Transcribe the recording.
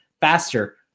faster